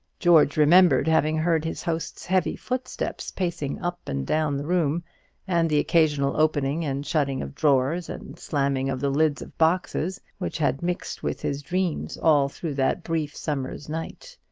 george remembered having heard his host's heavy footsteps pacing up and down the room and the occasional opening and shutting of drawers, and slamming of the lids of boxes, which had mixed with his dreams all through that brief summer's night.